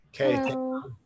okay